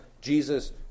Jesus